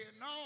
No